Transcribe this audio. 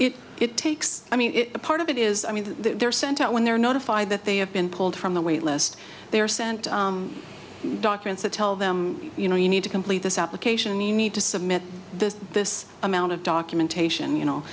and it takes i mean a part of it is i mean they're sent out when they're notified that they have been pulled from the wait list they are sent documents that tell them you know you need to complete this application you need to submit to this amount of documentation you know